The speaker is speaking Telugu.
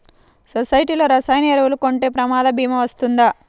సొసైటీలో రసాయన ఎరువులు కొంటే ప్రమాద భీమా వస్తుందా?